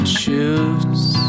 choose